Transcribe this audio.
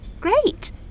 Great